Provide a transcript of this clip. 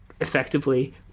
effectively